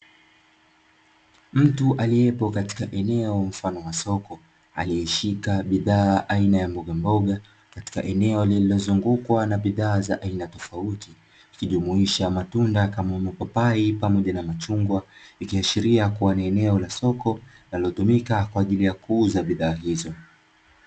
Mtu aliepo katika eneo mfano wa soko, aliyeshika bidhaa aina ya mbogamboga katika eneo lililozungukwa na bidhaa za aina tofauti, zikijumuisha matunda kama mapapai, pamoja na machungwa, ikiashiria kua ni eneo linalotumika kwa ajili ya kuuza bidhaa hizo.